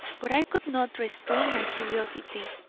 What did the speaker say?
but i could not restrain my curiosity,